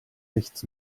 nichts